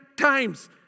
times